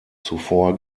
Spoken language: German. zuvor